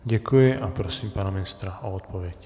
Děkuji a prosím pana ministra o odpověď.